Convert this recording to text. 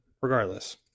regardless